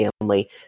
family